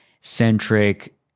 centric